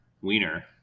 Wiener